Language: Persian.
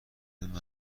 مرد